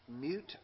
Mute